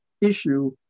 issue